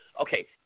Okay